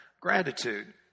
gratitude